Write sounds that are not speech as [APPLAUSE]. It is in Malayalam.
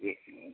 [UNINTELLIGIBLE]